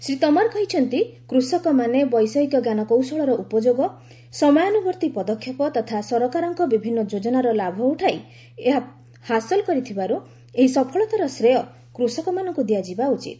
ଶ୍ରୀ ତୋମର କହିଛନ୍ତି କ୍ଷକମାନେ ବୈଷୟିକ ଜ୍ଞାନକୌଶଳର ଉପଯୋଗ ସମୟାନୁବର୍ତ୍ତୀ ପଦକ୍ଷେପ ତଥା ସରକାରଙ୍କ ବିଭିନ୍ନ ଯୋଜନାର ଲାଭ ଉଠାଇ ଏହା ହାସଲ କରିଥିବାରୁ ଏହି ସଫଳତାର ଶ୍ରେୟ କୃଷକମାନଙ୍କୁ ଦିଆଯିବା ଉଚିତ